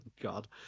God